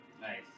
Nice